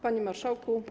Panie Marszałku!